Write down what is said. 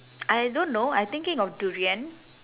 I don't know I thinking of durian